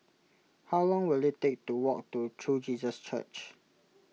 how long will it take to walk to True Jesus Church